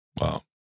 wow